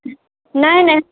नहि नहि